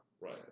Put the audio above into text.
Right